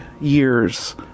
years